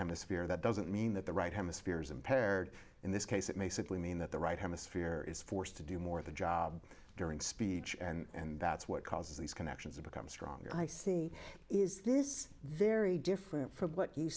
hemisphere that doesn't mean that the right hemisphere is impaired in this case it may simply mean that the right hemisphere is forced to do more of the job during speech and that's what causes these connections to become stronger i see is this very different from what you